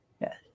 Yes